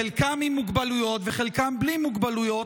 חלקם עם מוגבלויות וחלקם בלי מוגבלויות,